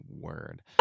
word